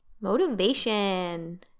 Motivation